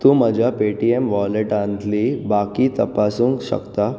तूं म्हज्या Paytm वॉलेटांतली बाकी तपासूंक शकता